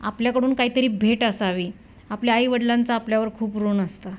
आपल्याकडून काहीतरी भेट असावी आपल्या आईवडलांचा आपल्यावर खूप ऋण असतं